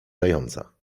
zająca